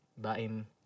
Baim